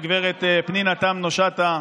גב' פנינה תמנו שטה,